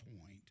point